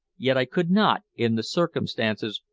yet i could not, in the circumstances,